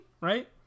right